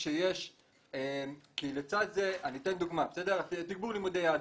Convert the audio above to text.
אני אתן דוגמא, תגבור לימודי יהדות.